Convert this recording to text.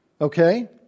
Okay